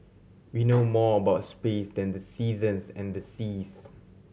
we know more about space than the seasons and the seas